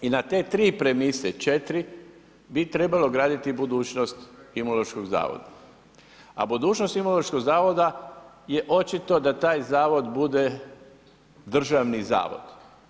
I na te 3 premise, 4 bi trebalo graditi budućnost Imunološkog zavoda, a budućnost Imunološkog zavoda je očito da taj Zavod bude državni zavod.